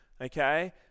okay